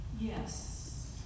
Yes